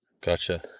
Gotcha